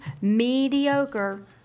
mediocre